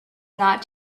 not